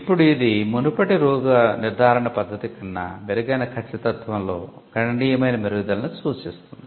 ఇప్పుడు ఇది మునుపటి రోగ నిర్ధారణా పద్ధతి కన్నా మెరుగైన ఖచ్చితత్వంలో గణనీయమైన మెరుగుదలను ఇస్తుంది